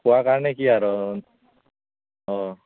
খোৱাৰ কাৰণে কি আৰু অঁ